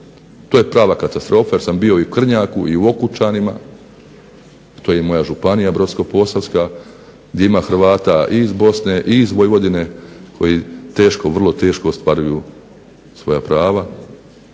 to je prava katastrofa jer sam bio u Krnjaku i u Okučanima to je moja županija Brodsko-posavska gdje ima hrvata iz Bosne i Hercegovine koji teško ostvaruju svoja prava